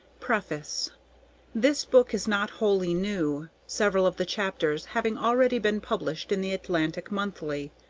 preface this book is not wholly new, several of the chapters having already been published in the atlantic monthly.